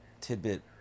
tidbit